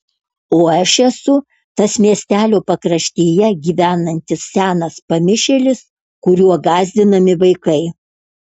o aš esu tas miestelio pakraštyje gyvenantis senas pamišėlis kuriuo gąsdinami vaikai